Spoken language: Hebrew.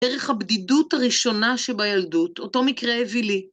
ערך הבדידות הראשונה שבילדות, אותו מקרה הביא לי.